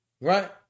right